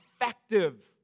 effective